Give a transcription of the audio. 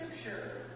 scripture